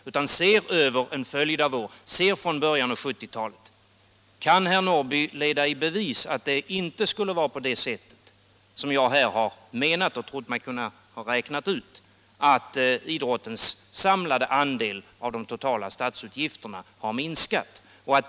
Kan herr Norrby då leda i bevis att det inte skulle vara så, som jag räknat ut, att idrottens samlade andel av de totala statsutgifterna minskat?